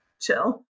chill